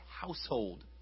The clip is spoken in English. household